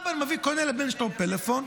אבא קונה לבן שלו פלאפון,